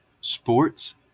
sports